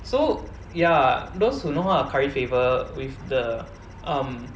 so ya those who know how to curry favour with the um